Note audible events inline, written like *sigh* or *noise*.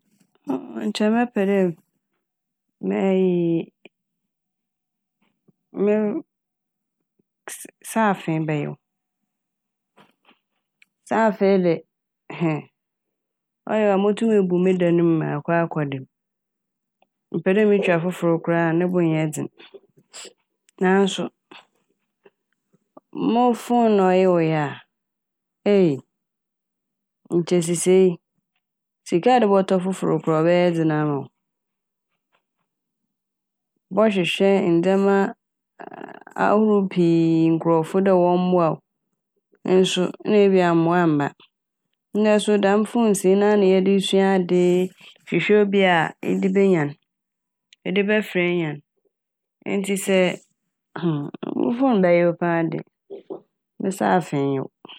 *hesitation* Nkyɛ mɛpɛ dɛ meyi me sa- saafee bɛyew. Saafee de *hesitation* Ɔyew a motum ebu me dan no mu makɔ akɔ da mu. Mepɛ dɛ motwa fofor koraa a ne bo nnyɛ dzen naaso mo fone na ɔyewee a *hesitation* Nkyɛ sesiei sika a ɛde bɔtɔ fofor koraa ɔbɛyɛ dzen ama wo. Bɔhwehwɛ ndzɛma aa- ahorow pii nkorɔfo dɛ wɔmboa wo nso ebi a na mboa ammba. Ndɛ so dɛm "phones" yi ɛne ana yɛde sua ade, hwehwɛ obi a ede benya n', ede bɛfrɛ enya n' ntsi sɛ *hesitation* Mo fone bɛyew paa de me saafee nyew.